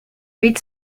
read